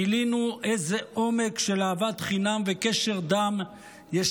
גילינו איזה עומק של אהבת חינם וקשר דם יש